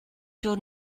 dod